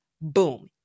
Boom